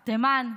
תימן,